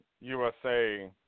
USA